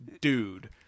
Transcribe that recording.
dude